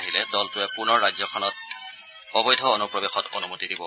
আহিলে দলটোৱে পুনৰ ৰাজ্যখনত অবৈধ অন্প্ৰৱেশত অনমতি দিব